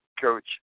Coach